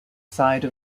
side